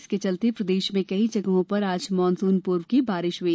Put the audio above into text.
इसके चलते प्रदेश में कई जगहों पर आज मानसून पूर्व की बारिश हुई